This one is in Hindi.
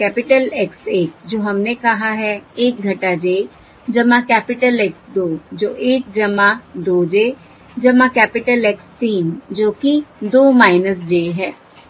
कैपिटल X 1 जो हमने कहा है 1 j कैपिटल X 2 जो 1 2 j कैपिटल X 3 जो कि 2 j है